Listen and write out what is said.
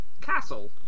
castle